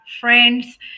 friends